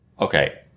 Okay